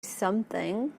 something